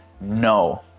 No